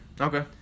Okay